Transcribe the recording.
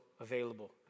available